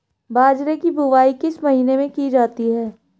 बाजरे की बुवाई किस महीने में की जाती है?